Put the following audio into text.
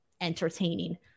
entertaining